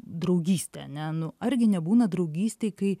draugystė ane nu argi nebūna draugystėj kai